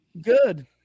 Good